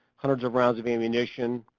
hundreds of rounds of ammunition,